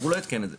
הוא לא עדכן את זה.